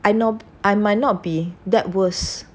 I know I might not be that worse